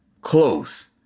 close